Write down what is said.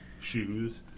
shoes